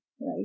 right